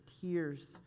tears